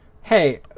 hey